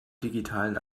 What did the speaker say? digitalen